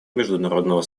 международного